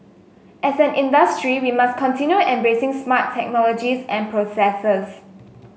as an industry we must continue embracing smart technologies and processes